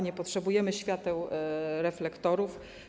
Nie potrzebujemy świateł reflektorów.